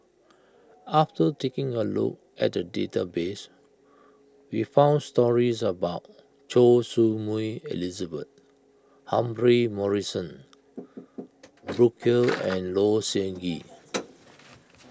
after taking a look at the database we found stories about Choy Su Moi Elizabeth Humphrey Morrison Burkill and Low Siew Nghee